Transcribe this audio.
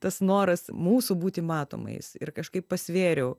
tas noras mūsų būti matomais ir kažkaip pasvėriau